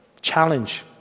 challenge